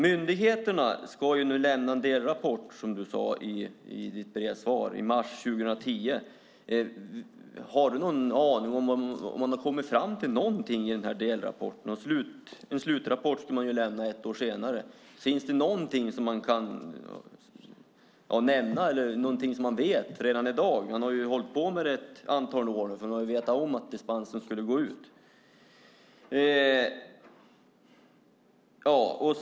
Myndigheterna ska lämna en delrapport i mars 2010, vilket framgick av ministerns svar. Har ministern någon aning om huruvida man har kommit fram till någonting i delrapporten? En slutrapport ska lämnas ett år senare. Finns det någonting som kan nämnas eller som man vet redan i dag? Man har hållit på med detta ett antal år, och man har vetat om att dispensen kommer att gå ut.